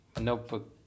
Notebook